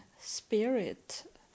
spirit